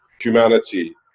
humanity